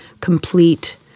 complete